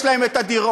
יש להם דירות.